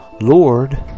Lord